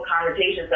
conversations